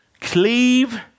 cleave